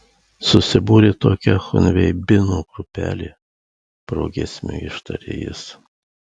susibūrė tokia chunveibinų grupelė progiesmiu ištarė jis